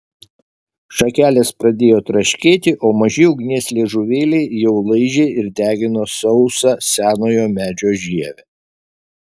šakelės pradėjo traškėti o maži ugnies liežuvėliai jau laižė ir degino sausą senojo medžio žievę